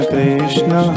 Krishna